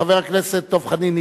חבר הכנסת דב חנין,